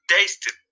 tasted